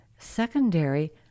Secondary